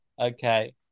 okay